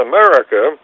America